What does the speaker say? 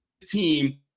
team